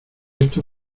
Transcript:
esto